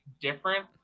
different